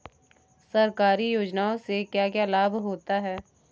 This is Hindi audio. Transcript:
सरकारी योजनाओं से क्या क्या लाभ होता है?